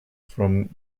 from